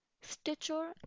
Stitcher